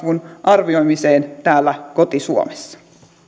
mahdollisen kasvun arvioimiseen täällä koti suomessa